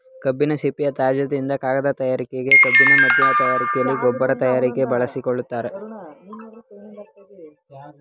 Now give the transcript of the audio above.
ಕಬ್ಬಿನ ಸಿಪ್ಪೆಯ ತ್ಯಾಜ್ಯದಿಂದ ಕಾಗದ ತಯಾರಿಕೆಗೆ, ಕಾಕಂಬಿ ಮಧ್ಯ ತಯಾರಿಕೆಯಲ್ಲಿ, ಗೊಬ್ಬರ ತಯಾರಿಕೆಯಲ್ಲಿ ಬಳಸಿಕೊಳ್ಳುತ್ತಾರೆ